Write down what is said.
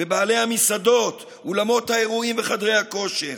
בעלי המסעדות ואולמות האירועים וחדרי הכושר,